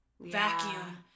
vacuum